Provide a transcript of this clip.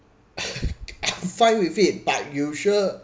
fine with it but you sure